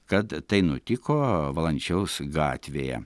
kad tai nutiko valančiaus gatvėje